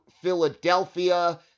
Philadelphia